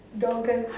door girl